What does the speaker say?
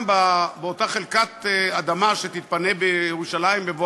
אותה חלקת אדמה שתתפנה בירושלים בבוא